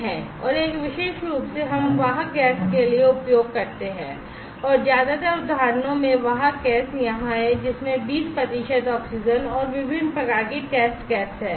और एक विशेष रूप से हम वाहक गैस के लिए उपयोग करते हैं और ज्यादातर उदाहरणों में वाहक गैस यहां है जिसमें 20 प्रतिशत ऑक्सीजन और विभिन्न प्रकार की टेस्ट गैस है